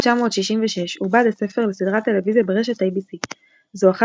ב-1966 עובד הספר לסדרת טלוויזיה ברשת ABC. זו אחת